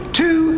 two